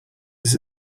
this